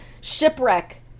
shipwreck